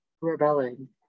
rebelling